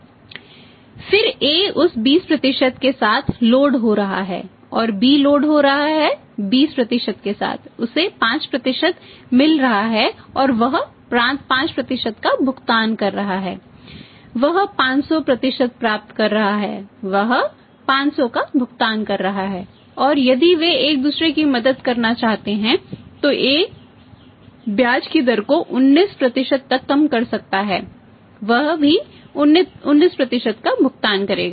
फिर A उस 20 के साथ लोड हो रहा है 20 के साथ उसे 5 मिल रहा है और वह 5 का भुगतान कर रहा है वह 500 प्राप्त कर रहा है वह 500 का भुगतान कर रहा है और यदि वे एक दूसरे की मदद करना चाहते हैं तो A ब्याज की दर को 19 तक कम कर सकता है वह भी 19 का भुगतान करेगा